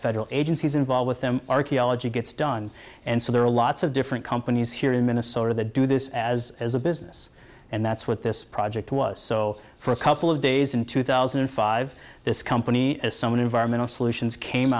federal agencies involved with them archeology gets done and so there are lots of different companies here in minnesota that do this as as a business and that's what this project was so for a couple of days in two thousand and five this company as some environmental solutions came